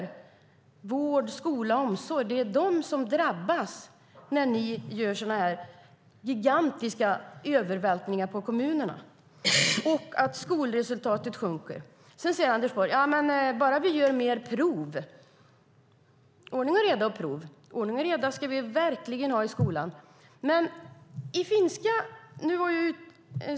Det är människor i vård, skola och omsorg som drabbas när ni gör sådana här gigantiska övervältringar på kommunerna, och skolresultaten sjunker. Anders Borg säger att vi måste ha ordning och reda och mer prov, och ordning och reda ska vi verkligen ha i skolan.